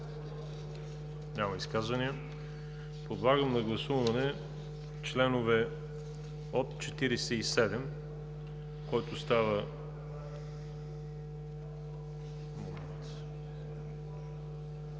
Няма изказвания. Подлагам на гласуване от чл. 47, който става